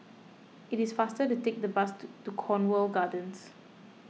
it is faster to take the bus to to Cornwall Gardens